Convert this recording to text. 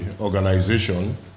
organization